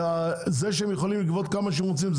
זה שהם יכולים לגבות כמה שהם רוצים,